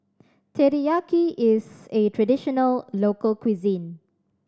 teriyaki is a traditional local cuisine